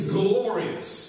glorious